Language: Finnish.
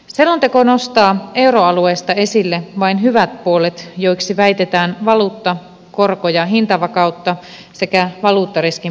selonteko nostaa euroalueesta esille vain hyvät puolet joiksi väitetään valuutta korko ja hintavakautta sekä valuuttariskin poistumista